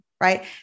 right